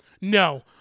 no